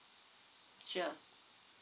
sure